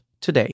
today